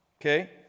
okay